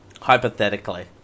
Hypothetically